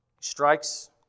strikes